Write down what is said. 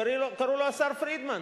וקראו לו השר פרידמן,